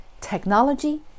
technology